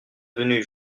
venus